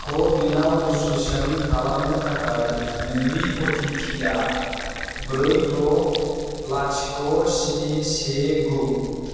क'विनाव registration खालामनो थाखाय नोंनि अटिपिआ ब्रै द' लाथिख' स्नि से गु